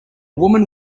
woman